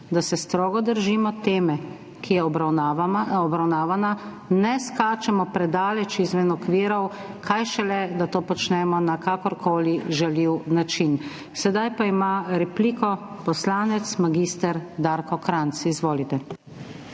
da se strogo držimo teme, ki je obravnavana, ne skačemo predaleč izven okvirov, kaj šele, da to počnemo na kakorkoli žaljiv način. Sedaj pa ima repliko poslanec mag. Darko Krajnc. Izvolite.